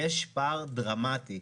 יש פער דרמטי,